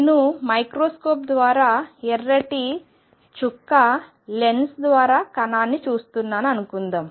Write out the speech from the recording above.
నేను మైక్రోస్కోప్ ద్వారా ఎర్రటి చుక్క లెన్స్ ద్వారా కణాన్ని చూస్తున్నాను అనుకుందాం